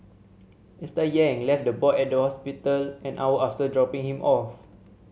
Mister Yang left the boy at the hospital an hour after dropping him off